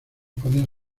podían